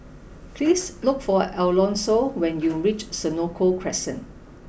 please look for Alonso when you reach Senoko Crescent